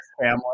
family